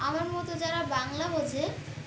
আমার মতো যারা বাংলা বোঝে